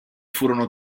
furono